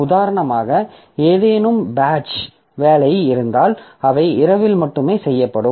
உதாரணமாக ஏதேனும் பேட்ஜ் வேலை இருந்தால் அவை இரவில் மட்டுமே செய்யப்படும்